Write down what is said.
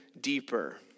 deeper